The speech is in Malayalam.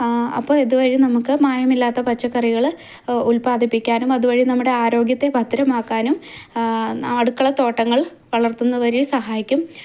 അപ്പോൾ ഇതുവഴി നമുക്ക് മായമില്ലാത്ത പച്ചക്കറികൾ ഉൽപാദിപ്പിക്കാനും അതുവഴി നമ്മുടെ ആരോഗ്യത്തെ ഭദ്രമാക്കാനും അടുക്കളത്തോട്ടങ്ങൾ വളർത്തുന്നവരെേയും സഹായിക്കും